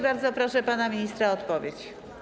Bardzo proszę pana ministra o odpowiedź.